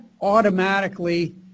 automatically